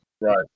Right